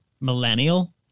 millennial